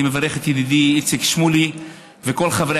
אני מברך את ידידי איציק שמולי ואת כל חברי